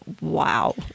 wow